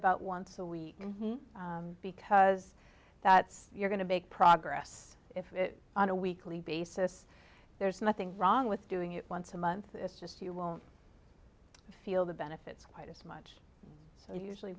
about once a week because that's you're going to make progress if on a weekly basis there's nothing wrong with doing it once a month it's just you won't feel the benefits quite as much so usually